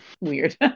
weird